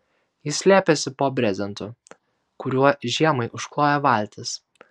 jis slėpėsi po brezentu kuriuo žiemai užkloja valtis